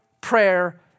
prayer